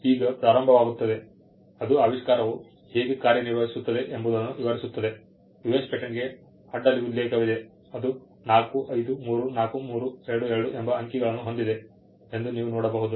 ಈಗ ಪ್ರಾರಂಭವಾಗುತ್ತದೆ ಅದು ಆವಿಷ್ಕಾರವು ಹೇಗೆ ಕಾರ್ಯನಿರ್ವಹಿಸುತ್ತದೆ ಎಂಬುದನ್ನು ವಿವರಿಸುತ್ತದೆ US ಪೇಟೆಂಟ್ಗೆ ಅಡ್ಡ ಉಲ್ಲೇಖವಿದೆ ಅದು 4534322 ಎಂಬ ಅಂಕಿಗಳನ್ನು ಹೊಂದಿದೆ ಎಂದು ನೀವು ನೋಡಬಹುದು